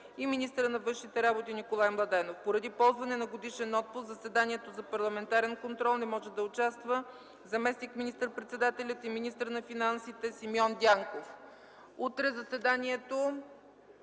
и министърът на външните работи Николай Младенов. Поради ползване на годишен отпуск в заседанието за парламентарен контрол не може да участва заместник министър-председателят и министър на финансите Симеон Дянков. Утре пленарният